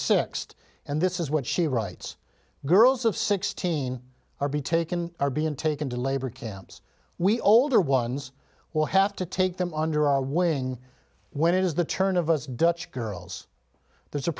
sixth and this is what she writes girls of sixteen are be taken are being taken to labor camps we older ones will have to take them under our wing when it is the turn of us dutch girls there's a